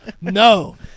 no